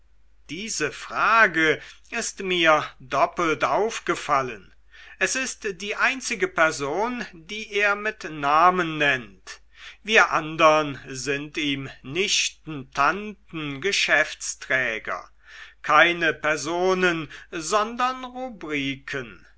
diese frage ist mir doppelt aufgefallen es ist die einzige person die er mit namen nennt wir andern sind ihm nichten tanten geschäftsträger keine personen sondern